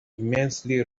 immensely